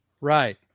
Right